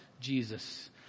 Jesus